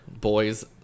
Boy's